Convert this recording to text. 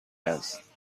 است